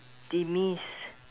demise